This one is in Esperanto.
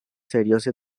serioze